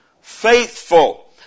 faithful